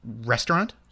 restaurant